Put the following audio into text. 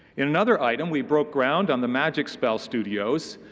in another item we broke ground on the magic spells studio. so